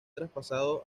traspasado